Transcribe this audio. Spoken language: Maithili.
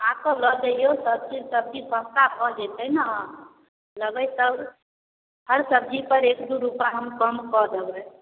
आबिके लऽ जइऔ सब्जी तब्जी सस्ता भऽ जेतै ने लेबै तब हर सब्जीपर एक दुइ रूपा हम कम कऽ देबै